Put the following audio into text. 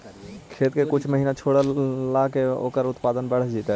खेत के कुछ महिना छोड़ला पर ओकर उत्पादन बढ़िया जैतइ?